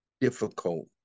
difficult